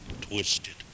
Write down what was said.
twisted